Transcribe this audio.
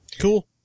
Cool